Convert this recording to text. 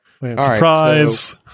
Surprise